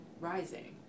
rising